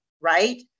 Right